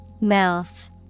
Mouth